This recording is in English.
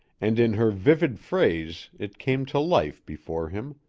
and in her vivid phrase it came to life before him.